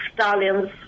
Stalin's